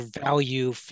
value